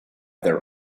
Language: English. their